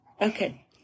Okay